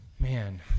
Man